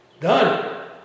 done